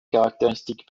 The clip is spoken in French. caractéristique